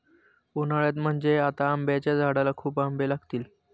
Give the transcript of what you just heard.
उन्हाळ्यात म्हणजे आता आंब्याच्या झाडाला खूप आंबे लागतील